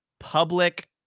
public